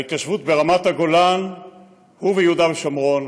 ההתיישבות ברמת הגולן וביהודה ושומרון.